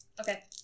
Okay